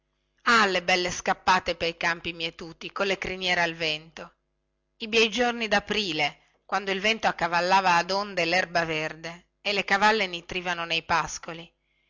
ah le belle scappate pei campi mietuti colle criniere al vento i bei giorni daprile quando il vento accavallava ad onde lerba verde e le cavalle nitrivano nei pascoli